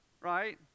right